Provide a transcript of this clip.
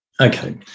Okay